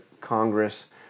Congress